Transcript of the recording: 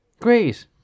Great